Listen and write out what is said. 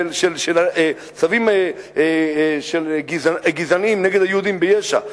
צווים גזעניים נגד היהודים ביש"ע,